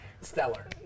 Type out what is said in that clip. Stellar